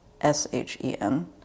S-H-E-N